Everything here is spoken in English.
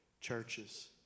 churches